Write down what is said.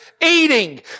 eating